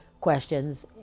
questions